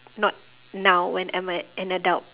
not now when I'm a an adult